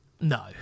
No